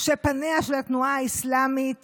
שפניה של התנועה האסלאמית